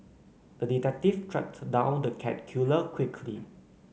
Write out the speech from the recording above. the detective tracked down the cat killer quickly